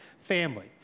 family